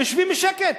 הם יושבים בשקט.